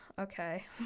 okay